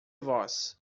voz